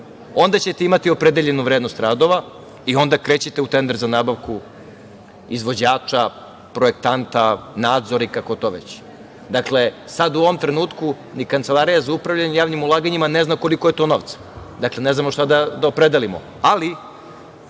onda ćete imati opredeljenu vrednost radova i onda krećete u tender za nabavku izvođača, projektanta, nadzori, kako to već. Dakle, sad u ovom trenutku, ni Kancelarija za upravljanje javnim ulaganjima ne zna koliko je to novca, dakle, ne znamo šta da opredelimo,